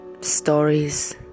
stories